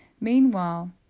Meanwhile